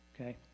Okay